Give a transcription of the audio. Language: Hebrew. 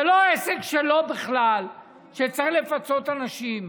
זה לא העסק שלו בכלל שצריך לפצות אנשים,